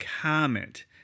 comment